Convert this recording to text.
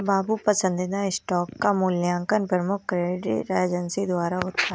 बाबू पसंदीदा स्टॉक का मूल्यांकन प्रमुख क्रेडिट एजेंसी द्वारा होता है